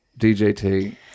DJT